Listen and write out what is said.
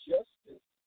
Justice